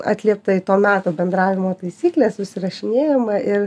atliepta į to meto bendravimo taisykles susirašinėjama ir